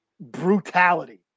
brutality